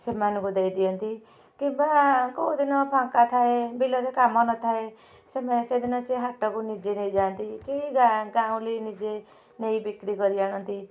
ସେମାନଙ୍କୁ ଦେଇଦିଅନ୍ତି କିମ୍ବା କେଉଁଦିନ ଫାଙ୍କ ଥାଏ ବିଲରେ କାମ ନଥାଏ ସେଦିନ ସେଦିନ ସିଏ ହାଟକୁ ନିଜେ ନେଇଯାନ୍ତି କି ଗାଁ ଗାଉଁଲି ନିଜେ ନେଇ ବିକ୍ରୀ କରି ଆଣନ୍ତି